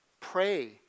Pray